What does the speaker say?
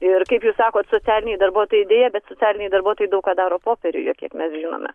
ir kaip jūs sakot socialiniai darbuotojai deja bet socialiniai darbuotojai daug ką daro popieriuje kiek mes žinome